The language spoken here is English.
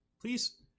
please